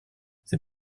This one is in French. ces